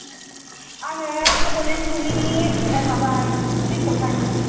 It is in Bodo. आङो बड'लेण्ड बुब्लिनि माबा रिफर्थारमोन